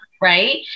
Right